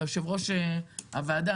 יושב-ראש הוועדה,